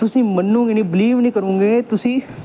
ਤੁਸੀਂ ਮੰਨੋਗੇ ਨਹੀਂ ਬਿਲੀਵ ਨਹੀਂ ਕਰੋਗੇ ਤੁਸੀਂ